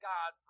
God